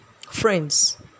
Friends